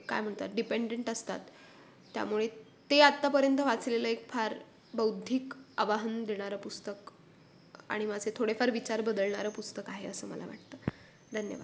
काय म्हणतात डिपेंडंट असतात त्यामुळे ते आत्तापर्यंत वाचलेलं एक फार बौद्धिक आवाहन देणारं पुस्तक आणि माझे थोडेफार विचार बदलणारं पुस्तक आहे असं मला वाटतं धन्यवाद